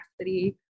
capacity